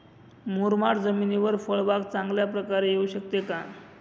मुरमाड जमिनीवर फळबाग चांगल्या प्रकारे येऊ शकते का?